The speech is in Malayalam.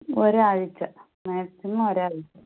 ഒരാഴ്ച്ച മാക്സിമം ഒരാഴ്ച്ച